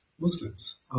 Muslims